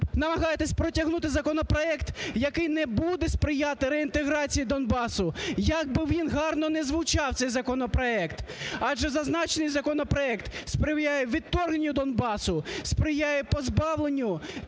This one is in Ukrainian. намагаєтеся протягнути законопроект, який не буде сприяти реінтеграції Донбасу, як би він гарно не звучав цей законопроект. Адже зазначений законопроект сприяє відторгненню Донбасу, сприяє позбавленню